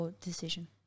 decision